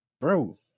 bro